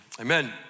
Amen